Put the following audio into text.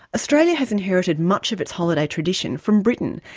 australia has inherited much of its holiday tradition from britain,